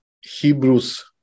Hebrews